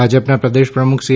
ભાજપના પ્રદેશ પ્રમુખ સી